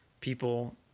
people